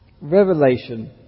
Revelation